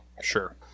Sure